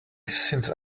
since